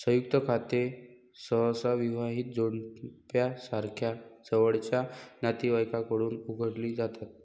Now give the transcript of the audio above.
संयुक्त खाती सहसा विवाहित जोडप्यासारख्या जवळच्या नातेवाईकांकडून उघडली जातात